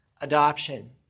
adoption